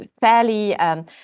fairly